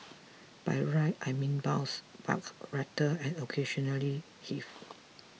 by ride I mean bounce buck rattle and occasionally heave